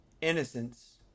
Innocence